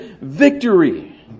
victory